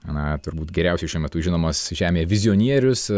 na turbūt geriausiai šiuo metu žinomas žemėje vizionierius